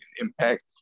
Impact